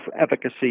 efficacy